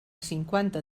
cinquanta